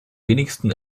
wenigsten